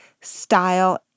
style